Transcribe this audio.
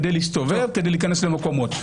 כדי להסתובב וכדי להיכנס למקומות.